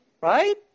Right